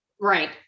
Right